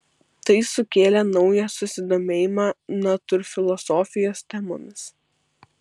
tai sukėlė naują susidomėjimą natūrfilosofijos temomis